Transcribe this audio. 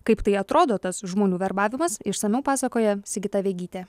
kaip tai atrodo tas žmonių verbavimas išsamiau pasakoja sigita vegytė